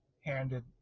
handed